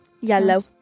Yellow